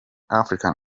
africa